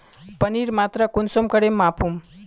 पानीर मात्रा कुंसम करे मापुम?